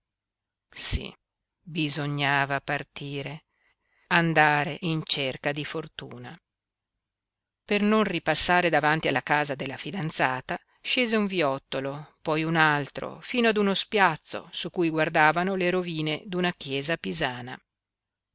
sí bisognava partire andare in cerca di fortuna per non ripassare davanti alla casa della fidanzata scese un viottolo poi un altro fino ad uno spiazzo su cui guardavano le rovine d'una chiesa pisana